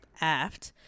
aft